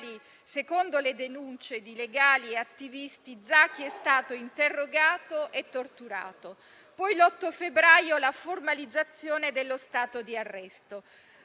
secondo le denunce di legali e attivisti, Zaki è stato interrogato e torturato. Poi, l'8 febbraio, la formalizzazione dello stato di arresto.